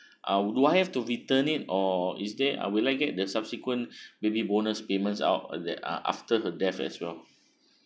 ah do I have to return it or is there uh would I get the subsequent baby bonus payments out uh that uh after her death as well